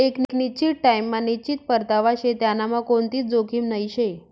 एक निश्चित टाइम मा निश्चित परतावा शे त्यांनामा कोणतीच जोखीम नही शे